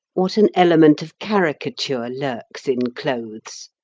what an element of caricature lurks in clothes?